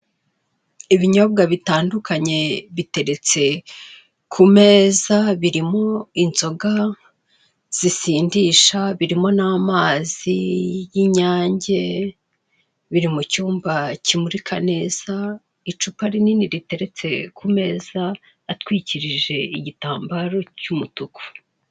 Ibinyobwa bitandukanye biteretse ku meza birimo inzoga zisindisha, birimo n'amazi y'Inyange, biri mu cyumba kimurika neza, icupa rinini riteretse ku meza atwikirije igitambaro cy'umutuku.